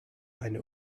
eine